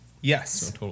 Yes